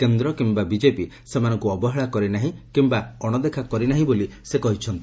କେନ୍ଦ କିମ୍ମା ବିଜେପି ସେମାନଙ୍କୁ ଅବହେଳା କରିନାହିଁ କିମ୍ମା ଅଶଦେକା କରିନାହିଁ ବୋଲି କହିଚ୍ଚନ୍ତି